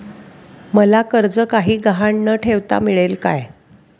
मला कर्ज काही गहाण न ठेवता मिळेल काय?